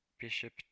Bishop